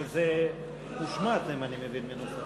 אבל זה הושמט מנוסח